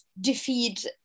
defeat